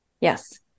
yes